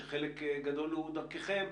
שחלק גדול הוא דרככם,